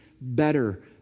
better